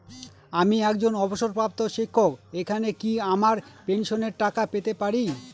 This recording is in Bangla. আমি একজন অবসরপ্রাপ্ত শিক্ষক এখানে কি আমার পেনশনের টাকা পেতে পারি?